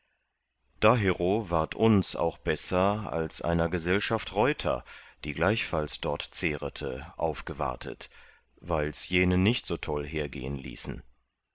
dahero ward uns auch besser als einer gesellschaft reuter die gleichfalls dort zehrete aufgewartet weils jene nicht so toll hergehen ließen